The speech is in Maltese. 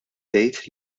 tgħid